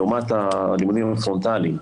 לעומת הלימודים הפרונטליים.